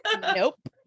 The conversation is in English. nope